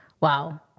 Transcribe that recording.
Wow